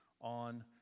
on